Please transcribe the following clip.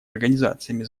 организациями